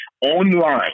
online